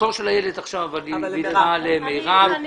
התור של חברת הכנסת אילת נחמיאס ורבין אבל היא ויתרה למירב בן ארי.